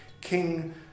King